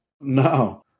No